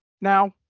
now